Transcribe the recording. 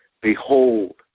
Behold